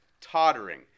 tottering